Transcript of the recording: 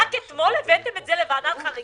רק אתמול הבאתם את זה לוועדת החריגים?